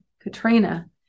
Katrina